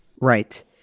Right